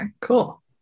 cool